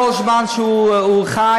כל זמן שהוא חי,